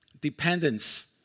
dependence